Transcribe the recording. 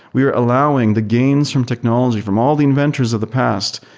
we are allowing the gains from technology from all the investors of the past,